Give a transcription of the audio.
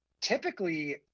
typically